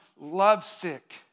lovesick